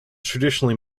traditionally